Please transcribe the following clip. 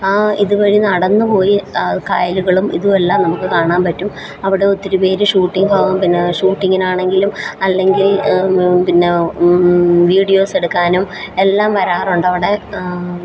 ആ ഇതുവഴി നടന്ന് പോയി കായലുകളും ഇതും എല്ലാം നമുക്ക് കാണാൻ പറ്റും അവിടെ ഒത്തിരി പേര് ഷൂട്ടിങ് കാണും പിന്നെ ഷൂട്ടിങ്ങിനാണെങ്കിലും അല്ലെങ്കിൽ പിന്നെ വിഡിയോസ് എടുക്കാനും എല്ലാം വരാറുണ്ടവിടെ